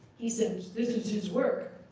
he says, this is his work.